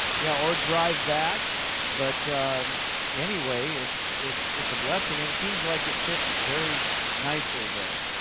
yeah or drive back but anyway, it's it's it's a blessing and it seems like it fits very nicely there,